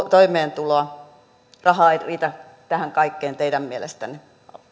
toimeentuloa rahaa ei riitä tähän kaikkeen teidän mielestänne